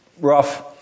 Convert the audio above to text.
rough